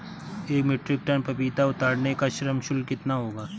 एक metric ton पपीता उतारने का श्रम शुल्क कितना होगा?